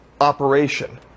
operation